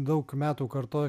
daug metų kartoja